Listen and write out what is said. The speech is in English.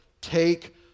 take